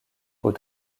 aux